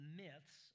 myths